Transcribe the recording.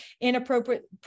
inappropriate